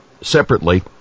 Separately